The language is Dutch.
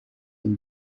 een